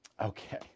Okay